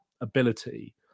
ability